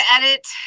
edit